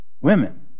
Women